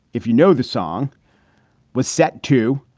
if you know, the song was set to.